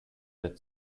der